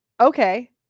okay